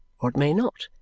or it may not,